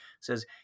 says